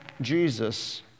Jesus